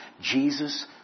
Jesus